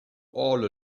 all